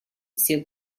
всех